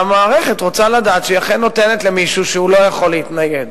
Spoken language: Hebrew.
והמערכת רוצה לדעת שהיא אכן נותנת למישהו שלא יכול להתנייד,